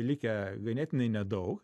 likę ganėtinai nedaug